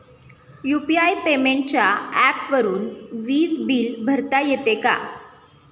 UPI पेमेंटच्या ऍपवरुन वीज बिल भरता येते का?